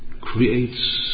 creates